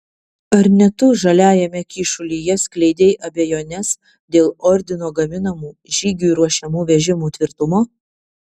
ar ne tu žaliajame kyšulyje skleidei abejones dėl ordino gaminamų žygiui ruošiamų vežimų tvirtumo